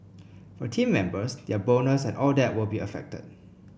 for team members their bonus and all that will be affected